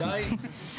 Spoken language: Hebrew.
זה די נדיר.